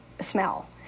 smell